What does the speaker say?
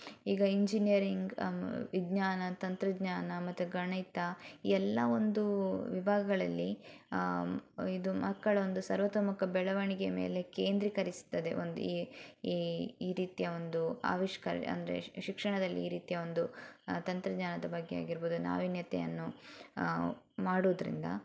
ಈಗ ಇಂಜಿನಿಯರಿಂಗ್ ವಿಜ್ಞಾನ ತಂತ್ರಜ್ಞಾನ ಮತ್ತು ಗಣಿತ ಎಲ್ಲ ಒಂದು ವಿಭಾಗಗಳಲ್ಲಿ ಇದು ಮಕ್ಕಳ ಒಂದು ಸರ್ವತೋಮುಖ ಬೆಳವಣಿಗೆ ಮೇಲೆ ಕೇಂದ್ರಿಕರಿಸ್ತದೆ ಒಂದು ಈ ಈ ರೀತಿಯ ಒಂದು ಆವಿಷ್ಕಾರಿ ಅಂದರೆ ಶಿಕ್ಷಣದಲ್ಲಿ ಈ ರೀತಿಯ ಒಂದು ತಂತ್ರಜ್ಞಾನದ ಬಗ್ಗೆ ಆಗಿರ್ಬೋದು ನಾವೀನ್ಯತೆಯನ್ನು ಮಾಡುದ್ರಿಂದ